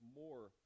more